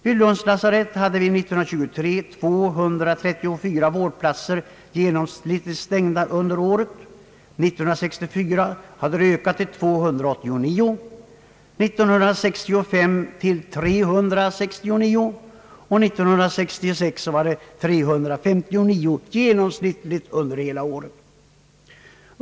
Vid Lunds lasarett var år 1963 i genomsnitt 234 vårdplatser stängda. 1964 hade antalet ökat till 289 och 1965 till 369. 1966 var genomsnittssiffran för hela året 359.